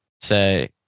say